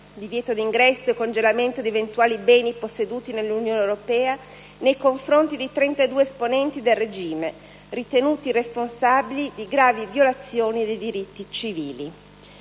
(divieto di ingresso e congelamento di eventuali beni posseduti nell'Unione europea) nei confronti di 32 esponenti del regime, ritenuti responsabili di gravi violazioni dei diritti civili.